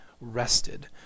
rested